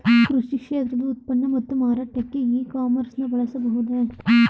ಕೃಷಿ ಕ್ಷೇತ್ರದ ಉತ್ಪನ್ನ ಮತ್ತು ಮಾರಾಟಕ್ಕೆ ಇ ಕಾಮರ್ಸ್ ನ ಬಳಸಬಹುದೇ?